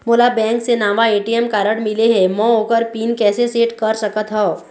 मोला बैंक से नावा ए.टी.एम कारड मिले हे, म ओकर पिन कैसे सेट कर सकत हव?